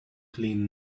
clean